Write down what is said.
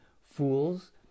fools